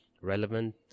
relevant